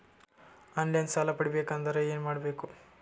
On line ಸಾಲ ಪಡಿಬೇಕಂದರ ಏನಮಾಡಬೇಕು?